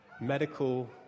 medical